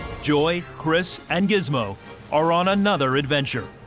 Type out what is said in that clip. joy, chris and gizmo are on another adventure.